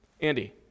Andy